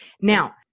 Now